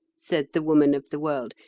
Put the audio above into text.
said the woman of the world,